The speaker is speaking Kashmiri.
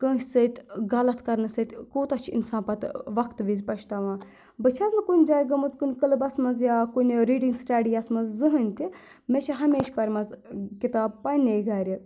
کٲنٛسہِ سۭتۍ غَلَط کَرنہٕ ستۭۍ کوٗتاہ چھِ اِنسان پَتہٕ وَقتہٕ وِزِ پَشتاوان بہٕ چھَس نہٕ کُنہِ جایہِ گٔمٕژ کُنہِ کٕلبَس منٛز یا کُنہِ ریٖڈِنٛگ سٕٹَڈِیَس منٛز زٕہٕنۍ تہِ مےٚ چھِ ہمیشہٕ پَرِمَژٕ کِتاب پنٛنےٚ گَرِ